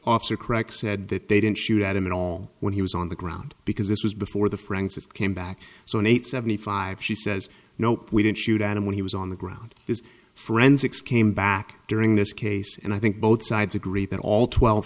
officer correct said that they didn't shoot at him at all when he was on the ground because this was before the frances came back so an eight seventy five she says nope we didn't shoot animal he was on the ground his forensics came back during this case and i think both sides agree that all twelve